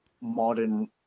modern